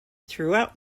throughout